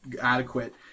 adequate